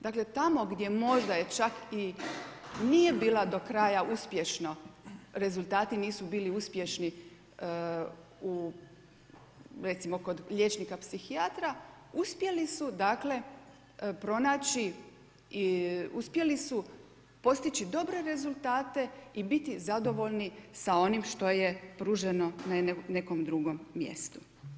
Dakle, tamo gdje možda je čak i nije bila do kraja uspješno, rezultati nisu bili uspješni recimo kod liječnika psihijatra uspjeli su dakle pronaći, uspjeli su postići dobre rezultate i biti zadovoljni sa onim što je pruženo na nekom drugom mjestu.